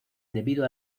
debido